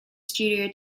studio